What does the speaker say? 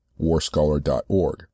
warscholar.org